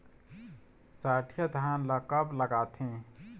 सठिया धान ला कब लगाथें?